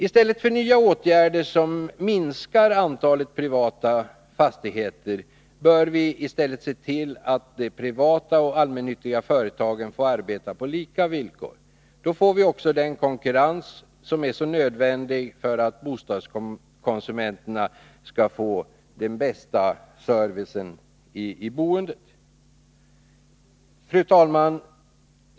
I stället för att vidta nya åtgärder som minskar antalet privata fastigheter bör vi se till att de privata och de allmännyttiga företagen får arbeta på lika villkor. Då får de också den konkurrens som är så nödvändig för att bostadskonsumenterna skall få den bästa servicen i boendet. Fru talman!